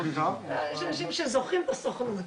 יש אנשים שזוכרים את הסוכנות.